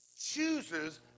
chooses